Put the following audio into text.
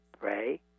pray